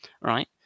right